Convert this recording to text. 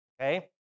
okay